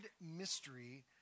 mystery